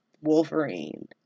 Wolverine